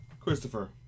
Christopher